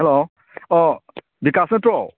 hello ꯑꯣ ꯕꯤꯀꯥꯁ ꯅꯠꯇ꯭ꯔꯣ